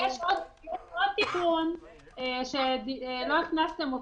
יש עוד תיקון, לא הכנסתם אותו,